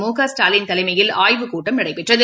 முக ஸ்டாலின்தலைமையில் ஆய்வுக்கூட்டம் நடைபெற்றது